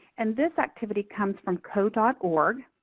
and this activity comes from code ah org.